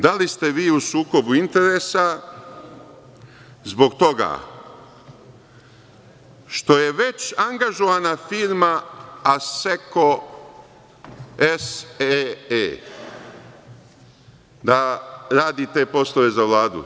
Da li ste vi u sukobu interesa zbog toga što je već angažovana firma „Asseco SEE“, da radi te poslove za Vladu?